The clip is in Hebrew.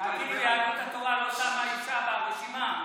אפילו יהדות התורה לא שמה אישה ברשימה.